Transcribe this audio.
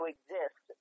exist